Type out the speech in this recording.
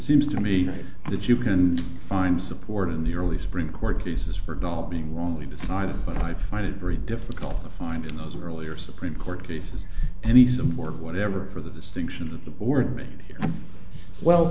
seems to me that you can find support in the early supreme court cases for not being wrongly decided but i find it very difficult to find those earlier supreme court cases and the support whatever for the distinction that the board made well